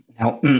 Now